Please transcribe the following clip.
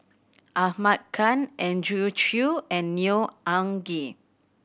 Ahmad Khan Andrew Chew and Neo Anngee